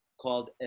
called